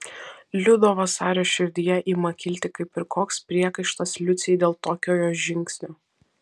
liudo vasario širdyje ima kilti kaip ir koks priekaištas liucei dėl tokio jos žingsnio